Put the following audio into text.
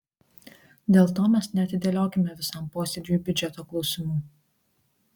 dėl to mes neatidėliokime visam posėdžiui biudžeto klausimų